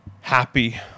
happy